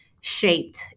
shaped